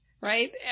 right